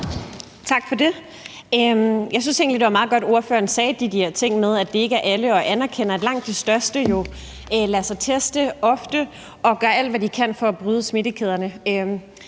Tak for det. Jeg synes egentlig, det var meget godt, at ordføreren sagde de der ting med, at det ikke er alle, og anerkender, at langt størstedelen lader sig teste ofte og gør alt, hvad de kan, for at bryde smittekæderne.